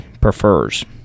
prefers